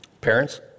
Parents